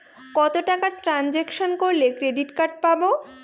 কত টাকা ট্রানজেকশন করলে ক্রেডিট কার্ড পাবো?